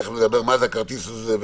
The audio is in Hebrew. תיכף נדבר מהו הכרטיס הזה,